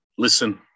Listen